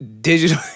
digital